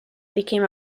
became